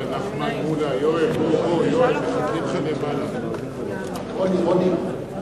הצעת סיעות בל"ד רע"ם-תע"ל חד"ש להביע אי-אמון בממשלה